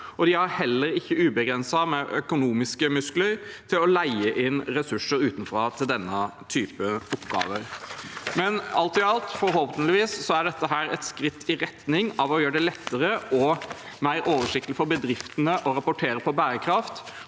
de har heller ikke ubegrenset med økonomiske muskler til å leie inn ressurser utenfra til slike oppgaver. Men alt i alt er dette forhåpentligvis et skritt i retning av å gjøre det lettere og mer oversiktlig for bedriftene å rapportere på bærekraft,